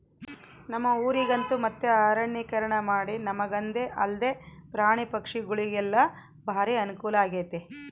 ನಮ್ಮ ಊರಗಂತೂ ಮತ್ತೆ ಅರಣ್ಯೀಕರಣಮಾಡಿ ನಮಗಂದೆ ಅಲ್ದೆ ಪ್ರಾಣಿ ಪಕ್ಷಿಗುಳಿಗೆಲ್ಲ ಬಾರಿ ಅನುಕೂಲಾಗೆತೆ